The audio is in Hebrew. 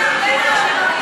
דרך אגב,